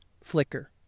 flicker